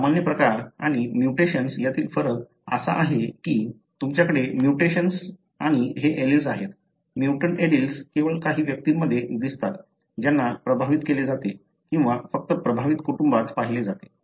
सामान्य प्रकार आणि म्युटेशन्स यातील फरक असा आहे की तुमच्याकडे म्युटेशन्स आणि हे एलील्स आहेत म्युटंट एलील्स केवळ काही व्यक्तींमध्ये दिसतात ज्यांना प्रभावित केले जाते किंवा फक्त प्रभावित कुटुंबात पाहिले जाते